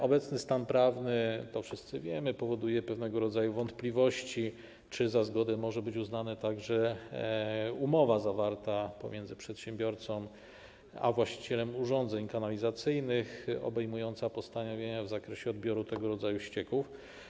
Obecny stan prawny, to wszyscy wiemy, powoduje pewnego rodzaju wątpliwości, czy za zgodę może być uznana także umowa zawarta pomiędzy przedsiębiorcą a właścicielem urządzeń kanalizacyjnych obejmująca postanowienia w zakresie odbioru tego rodzaju ścieków.